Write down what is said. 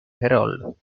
herald